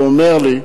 ואמר לי: